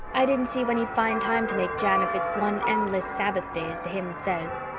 i didn't see when he'd find time to make jam if it's one endless sabbath day, as the hymn says.